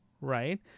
right